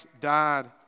died